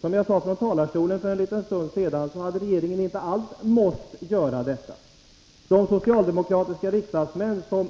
Som jag sade från talarstolen för en liten stund sedan hade regeringen inte alls behövt göra detta. De socialdemokratiska riksdagsmän som